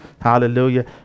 Hallelujah